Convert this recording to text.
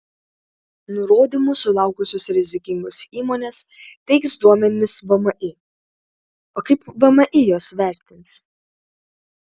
nurodymų sulaukusios rizikingos įmonės teiks duomenis vmi o kaip vmi juos vertins